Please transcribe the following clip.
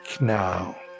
now